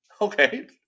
Okay